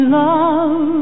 love